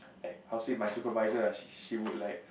like how say my supervisor ah she she would like